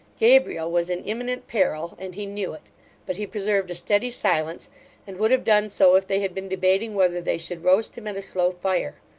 gabriel was in imminent peril, and he knew it but he preserved a steady silence and would have done so, if they had been debating whether they should roast him at a slow fire.